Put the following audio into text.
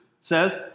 says